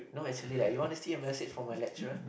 no actually like you want to see a message from my lecturer